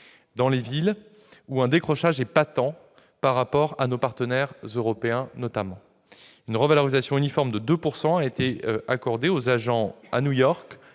pour les villes où un décrochage est patent par rapport à nos partenaires européens. Une revalorisation uniforme de 2 % a été accordée aux agents à New York